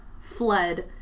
fled